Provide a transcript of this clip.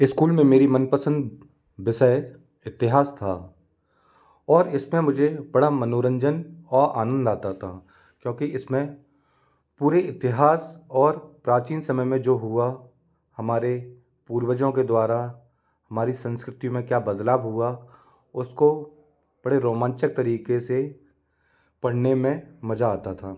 school में मेरी मनपसंद विषय इतिहास था और इसमें मुझे बड़ा मनोरंजन और आनंद आता था क्योंकि इसमें पूरी इतिहास और प्राचीन समय में जो हुआ हमारे पूर्वजों के द्वारा हमारी संस्कृति में क्या बदलाव हुआ उसको बड़े रोमांचक तरीके से पढ़ने में मज़ा आता था